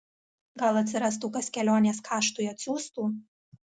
gal atsirastų kas kelionės kaštui atsiųstų